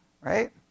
right